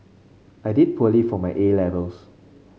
I did poorly for my A Levels